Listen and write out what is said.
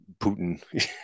Putin